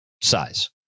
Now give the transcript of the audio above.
size